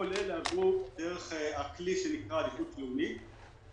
כל אלה עברו דרך הכלי שנקרא עדיפות לאומית.